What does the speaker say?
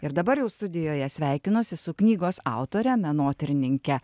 ir dabar jau studijoje sveikinuosi su knygos autore menotyrininke